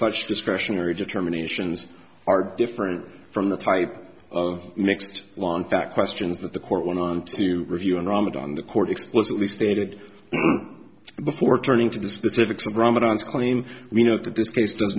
such discretionary determinations are different from the type of mixed long fact questions that the court went on to review and ramadan the court explicitly stated before turning to the specifics of ramadan is clean we know that this case does